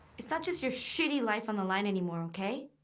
it's not just your shitty life on the line anymore, okay?